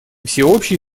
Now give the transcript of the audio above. всеобщий